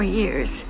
years